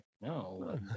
No